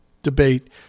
debate